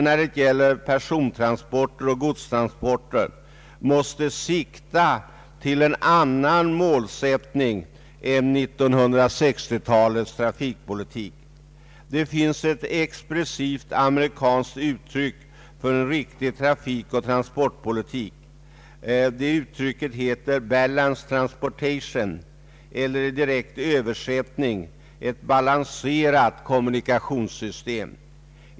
När det gäller såväl persontransporter som godstransporter måste vi, herr talman, sikta till en annan målsättning än 1960-talets trafikpolitik. Det finns ett expressivt amerikanskt uttryck för en riktig trafikoch transportpolitik. Det uttrycket heter ”balanced transportation” eller i en direkt översättning ”balanserat kommunikationssystem”.